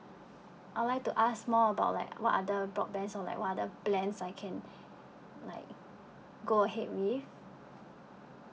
I like to ask more about like what other broadband or like what other plans I can like go ahead with